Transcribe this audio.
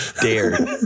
dare